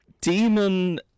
Demon